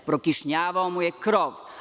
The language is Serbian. Prokišnjavao mu je krov.